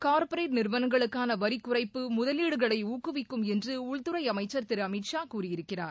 corporate நிறுவனங்களுக்கான வரிக்குறைப்பு முதலீடுகளை ஊக்குவிக்கும் என்று உள்துறை அமைச்சர் திரு அமித்ஷா கூறியிருக்கிறார்